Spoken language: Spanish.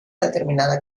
determinada